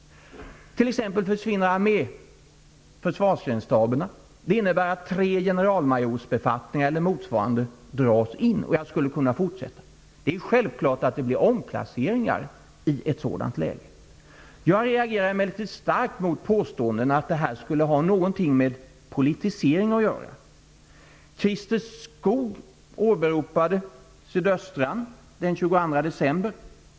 T.ex. försvinner armé och försvarsgrensstaberna. Det innebär att tre generalmajorsbefattningar eller motsvarande dras in. Jag skulle kunna fortsätta. Självfallet blir det omplaceringar i ett sådant läge. Jag reagerar emellertid starkt mot påståenden om att detta skulle ha någonting med politisering att göra. december.